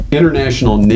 International